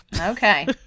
Okay